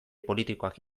politikoak